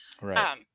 Right